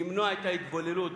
למנוע את ההתבוללות,